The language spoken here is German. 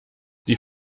die